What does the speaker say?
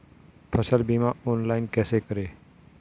फसल बीमा ऑनलाइन कैसे करें?